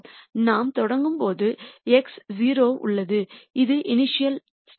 நாம் தொடங்கும் போது x0 உள்ளது இது இணிஷியலைஸ்சேஷன் புள்ளியாகும்